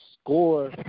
score